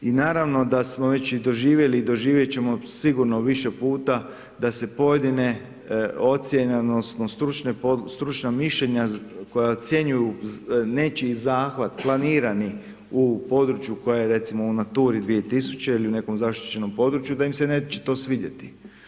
I naravno da smo već i doživjeli i doživjeti ćemo sigurno više puta, da se pojedine ocjene, odnosno, stručna mišljenja, koja ocjenjuju nečiji zahvat, planirani, u području koja je recimo u naturi 2000 ili u nekom zaštićenom području, da im se neće to svidjeti.